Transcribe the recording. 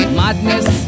madness